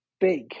big